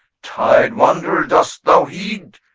tired wanderer, dost thou heed?